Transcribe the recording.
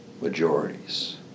majorities